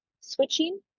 switching